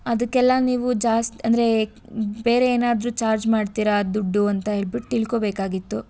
ಅದಕ್ಕೆಲ್ಲ ನೀವು ಜಾಸ್ತಿ ಅಂದರೆ ಬೇರೆ ಏನಾದ್ರೂ ಚಾರ್ಜ್ ಮಾಡ್ತೀರಾ ದುಡ್ಡು ಅಂತ ಹೇಳ್ಬಿಟ್ಟು ತಿಳ್ಕೋಬೇಕಾಗಿತ್ತು